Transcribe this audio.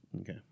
Okay